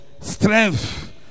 strength